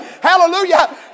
Hallelujah